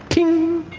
ting,